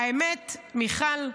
האמת, מיכל,